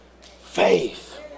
faith